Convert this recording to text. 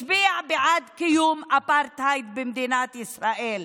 הצביע בעד קיום אפרטהייד במדינת ישראל.